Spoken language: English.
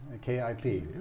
K-I-P